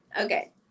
Okay